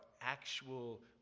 actual